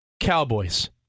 Cowboys